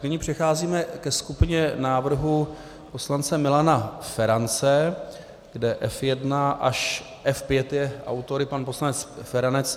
Nyní přecházíme ke skupině návrhů poslance Milana Ferance, kde F1 až F5 je autory pan poslanec Feranec.